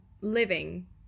living